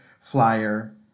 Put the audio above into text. flyer